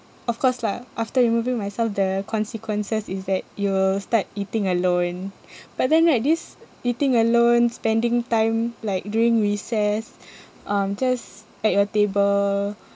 of course lah after removing myself the consequences is that you will start eating alone but then right this eating alone spending time like during recess um just at your table